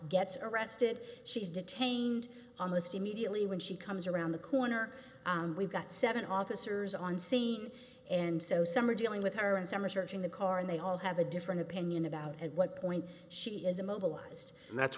gets arrested she's detained on list immediately when she comes around the corner we've got seven officers on scene and so some are dealing with her and some are searching the car and they all have a different opinion about at what point she is immobilized and that's